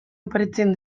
oparitzen